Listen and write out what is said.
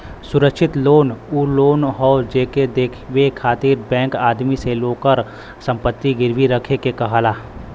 सुरक्षित लोन उ लोन हौ जेके देवे खातिर बैंक आदमी से ओकर संपत्ति गिरवी रखे के कहला